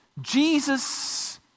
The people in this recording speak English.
Jesus